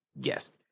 guest